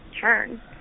turn